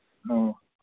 ꯑꯥ